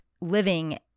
living